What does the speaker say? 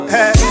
Hey